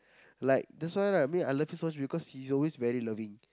like that's why lah I mean I love him so much because he's always very loving